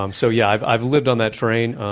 um so yeah i've i've lived on that train.